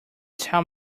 tell